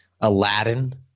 Aladdin